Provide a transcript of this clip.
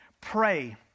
Pray